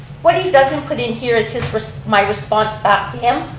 what he doesn't put in here is is my response back to him.